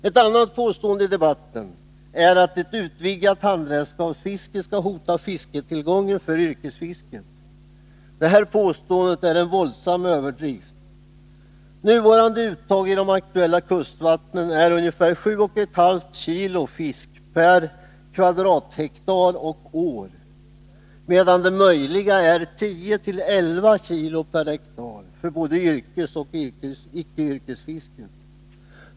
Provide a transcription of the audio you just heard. Ett annat påstående i debatten är att ett utvidgat handredskapsfiske skulle hota fisketillgången för yrkesfisket. Detta påstående är en våldsam överdrift. Nuvarande uttag i de aktuella kustvattnen är ungefär 7,5 kg fisk per hektar och år, medan möjligt uttag är 10-11 kg per hektar och år för både yrkesfisket och icke-yrkesfisket.